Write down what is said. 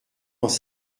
dans